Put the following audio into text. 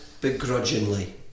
begrudgingly